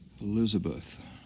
Elizabeth